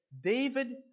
David